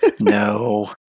No